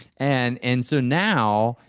and and so now,